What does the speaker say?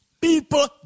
People